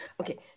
Okay